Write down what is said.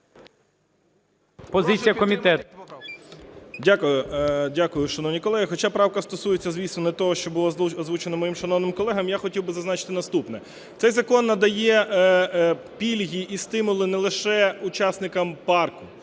Дякую, шановні колеги. Хоча правка стосується, звісно, не того, що було озвучено моїм шановним колегою, я хотів би зазначити наступне. Цей закон надає пільги і стимули не лише учасникам парку,